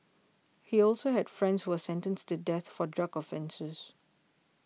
he also had friends who were sentenced to death for drug offences